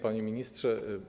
Panie Ministrze!